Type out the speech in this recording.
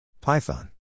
python